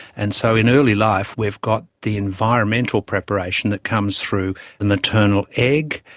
and so in early life we've got the environmental preparation that comes through the maternal egg,